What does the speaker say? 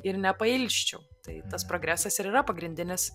ir nepailsčiau tai tas progresas ir yra pagrindinis